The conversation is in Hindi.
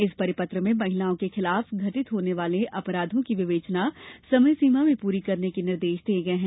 इस परिपत्र में महिलाओं के खिलाफ घटित होने वाले अपराधों की विवेचना समय सीमा में पूरी करने के निर्देश दिए गए हैं